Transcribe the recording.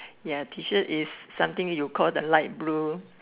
ya T shirt is something you call the light blue